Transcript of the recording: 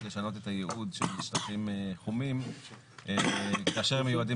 לשנות את הייעוד של שטחים חומים כאשר הם מיועדים